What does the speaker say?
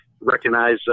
recognize